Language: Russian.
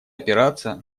опираться